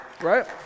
right